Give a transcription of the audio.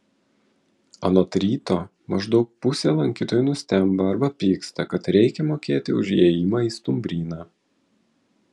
anot ryto maždaug pusė lankytojų nustemba arba pyksta kad reikia mokėti už įėjimą į stumbryną